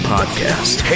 Podcast